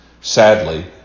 Sadly